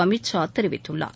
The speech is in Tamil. அமித் ஷா தெரிவித்துள்ளார்